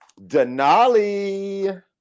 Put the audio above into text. denali